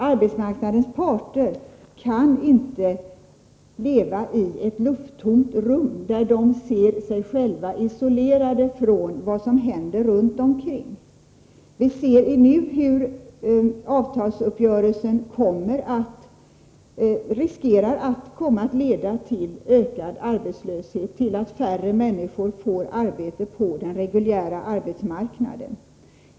Arbetsmarknadens parter kan inte leva i ett lufttomt rum där de ser sig själva isolerade från det som händer runt omkring. Vi märker nu hur avtalsuppgörelsen riskerar att leda till ökad arbetslöshet, till att färre människor får arbete på den reguljära arbetsmarknaden.